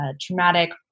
traumatic